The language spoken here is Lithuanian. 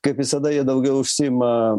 kaip visada jie daugiau užsiima